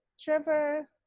Trevor